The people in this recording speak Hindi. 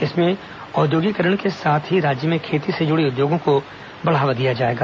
इसमें औद्योगिकीकरण के साथ ही राज्य में खेती से जुड़े उद्योगों को बढ़ावा दिया जाएगा